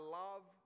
love